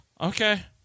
okay